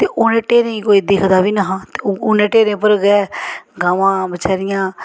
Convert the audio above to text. ते उ'नें ढेरें गी कोई दिखदा बी निहा ते उ'नें ढेरें पर गै गवां बेचारियां